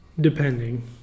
Depending